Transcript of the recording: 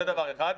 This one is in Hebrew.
זה דבר אחד.